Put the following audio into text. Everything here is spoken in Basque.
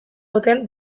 duten